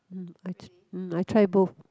mm i mm I try both